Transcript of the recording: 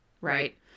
right